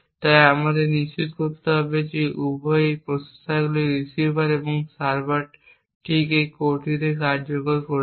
তাই আমাদের নিশ্চিত করতে হবে যে উভয়ই এই প্রসেসরগুলি রিসিভার এবং সার্ভার ঠিক এই কোরটিতে কার্যকর করছে